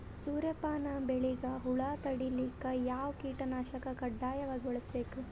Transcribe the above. ಸೂರ್ಯಪಾನ ಬೆಳಿಗ ಹುಳ ತಡಿಲಿಕ ಯಾವ ಕೀಟನಾಶಕ ಕಡ್ಡಾಯವಾಗಿ ಬಳಸಬೇಕು?